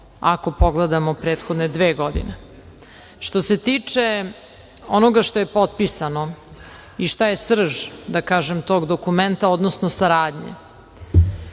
ako pogledamo prethodne dve godine. Što se tiče onoga što je potpisano i šta je srž, da kažem tog dokumenta, odnosno saradnje,